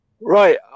right